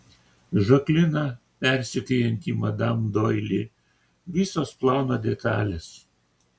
žaklina persekiojanti madam doili visos plano detalės